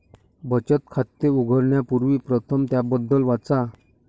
बचत खाते उघडण्यापूर्वी प्रथम त्याबद्दल वाचा